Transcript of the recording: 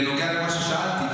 בנוגע למה ששאלתי,